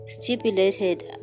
stipulated